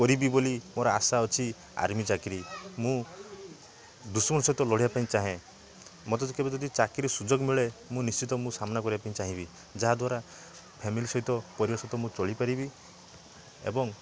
କରିବି ବୋଲି ମୋର ଆଶା ଅଛି ଆର୍ମି ଚାକିରୀ ମୁଁ ଦୁଶ୍ମନ ସହିତ ଲଢ଼ିବା ପାଇଁ ଚାହେଁ ମୋତେ କେବେ ଯଦି ଚାକିରୀ ସୁଯୋଗ ମିଳେ ମୁଁ ନିଶ୍ଚିତ ମୁଁ ସାମ୍ନା କରିବା ପାଇଁ ଚାହିଁବି ଯାହାଦ୍ୱାରା ଫ୍ୟାମିଲି ସହିତ ପରିବାର ସହିତ ମୁଁ ଚଳିପାରିବି ଏବଂ